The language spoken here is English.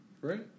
right